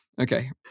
Okay